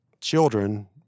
children